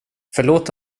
förlåt